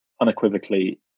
unequivocally